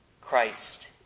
Christ